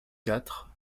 quatre